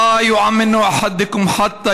(אומר בערבית: אף אחד מכם אינו נחשב למאמין